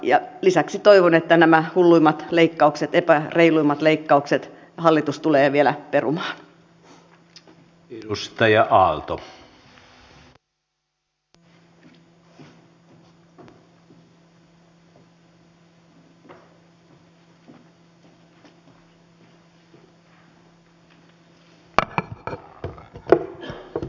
ja lisäksi toivon että nämä hulluimmat leikkaukset epäreiluimmat leikkaukset hallitus tulee vielä perumaan